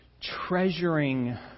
treasuring